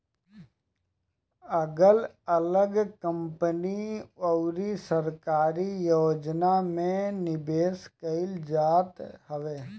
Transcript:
अगल अलग कंपनी अउरी सरकारी योजना में निवेश कईल जात हवे